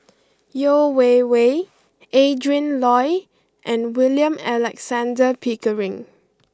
Yeo Wei Wei Adrin Loi and William Alexander Pickering